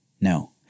No